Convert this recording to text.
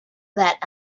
that